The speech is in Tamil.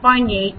83 மற்றும் 1